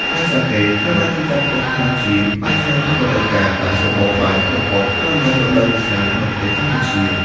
ផ្លែសាកេត្រូវបានគេចាត់ទុកថាជាផ្លែឈើតាមរដូវកាល ដែលសម្បូរបែបបំផុតនៅអំឡុងរដូវវស្សាក្នុងប្រទេសកម្ពុជា។